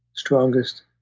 strongest